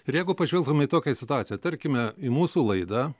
ir jeigu pažvelgtume į tokią situaciją tarkime į mūsų laidą